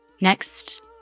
Next